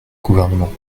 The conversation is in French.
gouvernement